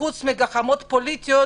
חוץ מגחמות פוליטיות,